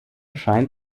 scheint